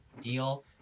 deal